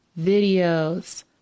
videos